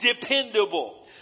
dependable